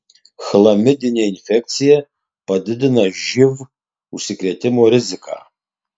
chlamidinė infekcija padidina živ užsikrėtimo riziką